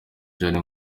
john